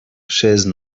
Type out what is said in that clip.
chaises